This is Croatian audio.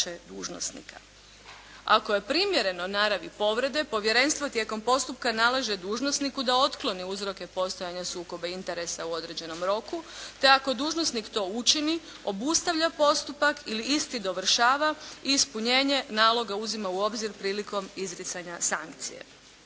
Ako je primjereno naravi povrede, povjerenstvo tijekom postupka nalaže dužnosniku da otkloni uzroke postojanja sukoba interesa u određenom roku, te ako dužnosnik to učini obustavlja postupak ili isti dovršava ispunjenje naloga, uzima u obzir prilikom izricanja sankcije.